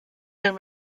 been